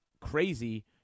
crazy